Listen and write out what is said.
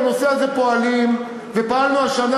בנושא הזה אנחנו פועלים ופעלנו השנה